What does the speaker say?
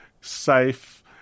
safe